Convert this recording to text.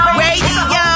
radio